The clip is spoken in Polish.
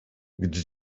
gdy